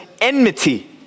enmity